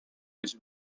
his